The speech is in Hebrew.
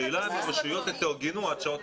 השאלה אם הרשויות המקומיות התארגנו עד שעות